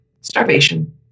Starvation